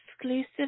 Exclusive